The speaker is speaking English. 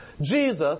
Jesus